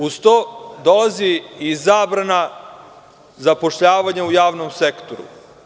Uz to, dolazi i zabrana zapošljavanja u javnom sektoru.